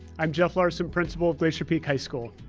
i'm jeff larson, principal of glacier peak high school.